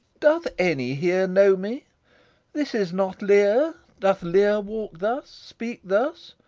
doth any here know me this is not lear doth lear walk thus? speak thus?